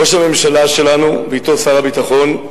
ראש הממשלה שלנו, ואתו שר הביטחון,